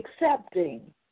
accepting